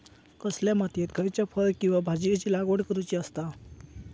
कसल्या मातीयेत खयच्या फळ किंवा भाजीयेंची लागवड करुची असता?